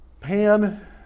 Pan